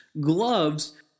gloves